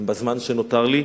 בזמן שנותר לי,